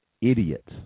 idiots